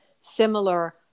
similar